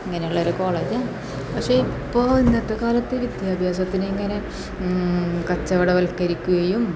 ഇങ്ങനെയുള്ള ഒരു കോളേജ പക്ഷേ ഇപ്പോൾ ഇന്നത്തെ കാലത്ത് വിദ്യാഭ്യാസത്തിന് ഇങ്ങനെ കച്ചവട വൽക്കരിക്കുകയും